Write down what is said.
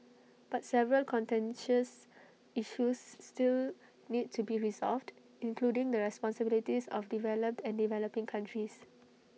but several contentious issues still need to be resolved including the responsibilities of developed and developing countries